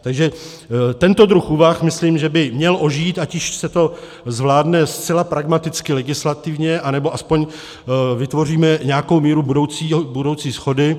Takže tento druh úvah, myslím, by měl ožít, ať již se to zvládne zcela pragmaticky legislativně, anebo aspoň vytvoříme nějakou míru budoucí shody.